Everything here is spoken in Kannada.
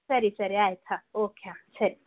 ಸರಿ ಸರಿ ಆಯ್ತು ಹಾಂ ಓಕೆ ಹಾಂ ಸರಿ